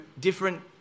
different